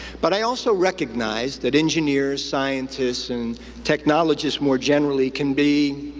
but i also recognize that engineers, scientists, and technologists more generally can be,